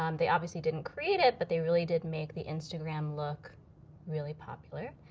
um they obviously didn't create it, but they really did make the instagram look really popular.